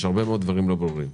יש הרבה מאוד דברים לא ברורים.